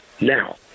now